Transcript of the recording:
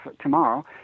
tomorrow